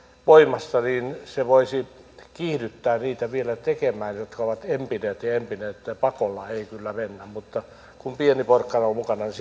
voimassa niin että se voisi kiihdyttää niitä vielä tekemään jotka ovat empineet ja ja empineet että pakolla ei kyllä mennä mutta kun pieni porkkana on mukana niin